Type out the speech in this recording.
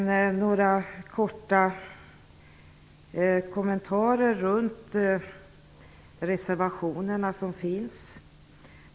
Jag skall göra några korta kommentarer till reservationerna.